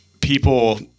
people